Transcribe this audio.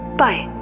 bye